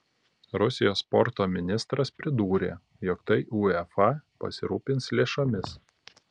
rusijos sporto ministras pridūrė jog tai uefa pasirūpins lėšomis